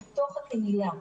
בתוך הקהילה,